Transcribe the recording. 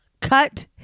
Cut